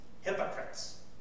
Hypocrites